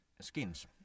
skins